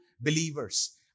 believers